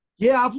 yeah,